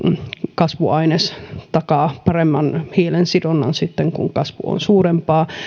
kasvuaines takaa paremman hiilensidonnan sitten kun kasvu on suurempaa